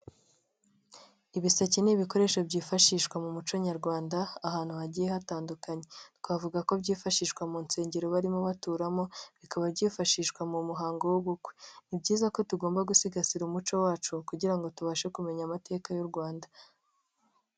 Ibiseke n'ibikoresho byifashishwa mu muco nyarwanda ahantu hagiye hatandukanye, twavuga ko byifashishwa mu nsengero barimo baturamo, bikaba byifashishwa mu muhango w'ubukwe. Ni byiza ko tugomba gusigasira umuco wacu kugira ngo tubashe kumenya amateka y'u Rwanda.